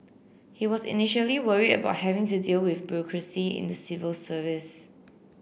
he was initially worry about having to deal with bureaucracy in the civil service